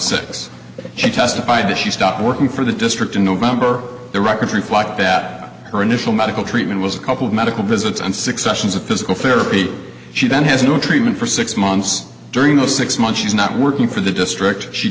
six he testified that she stopped working for the district in november the rocketry thought that her initial medical treatment was a couple of medical visits and six sessions of physical therapy she then has no treatment for six months during the six months she's not working for the district she